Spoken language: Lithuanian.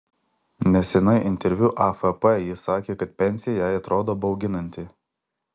neseniai interviu afp ji sakė kad pensija jai atrodo bauginanti